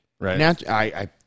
right